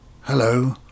Hello